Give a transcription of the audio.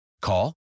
Call